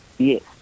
Yes